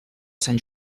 sant